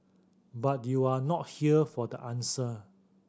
but you're not here for the answer